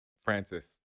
Francis